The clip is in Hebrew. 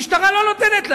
המשטרה לא נותנת להם.